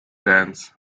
dance